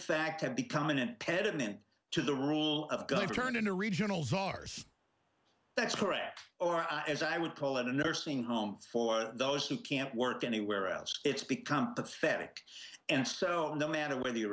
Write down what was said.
fact have become an impediment to the rule of good turn into regional czars that's correct or as i would call it a nursing home for those who can't work anywhere else it's become prophetic and so no matter whether you